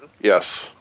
Yes